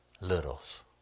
littles